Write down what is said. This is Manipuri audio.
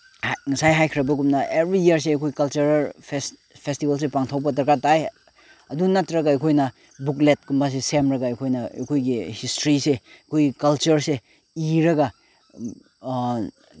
ꯉꯁꯥꯏ ꯍꯥꯏꯈ꯭ꯔꯕꯒꯨꯝꯅ ꯑꯦꯕ꯭ꯔꯤ ꯏꯌꯔꯁꯦ ꯑꯩꯈꯣꯏ ꯀꯜꯆꯔꯦꯜ ꯐꯦꯁꯇꯤꯚꯦꯜꯁꯦ ꯄꯥꯡꯊꯣꯛꯄ ꯗꯔꯀꯥꯔ ꯇꯥꯏ ꯑꯗꯨ ꯅꯠꯇ꯭ꯔꯒ ꯑꯩꯈꯣꯏꯅ ꯕꯨꯛꯂꯦꯠꯀꯨꯝꯕꯁꯤ ꯁꯦꯝꯂꯒ ꯑꯩꯈꯣꯏꯅ ꯑꯩꯈꯣꯏꯒꯤ ꯍꯤꯁꯇ꯭ꯔꯤꯁꯤ ꯑꯩꯈꯣꯏꯒꯤ ꯀꯜꯆꯔꯁꯦ ꯏꯔꯒ